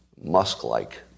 musk-like